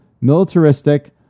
militaristic